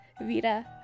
vita